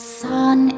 sun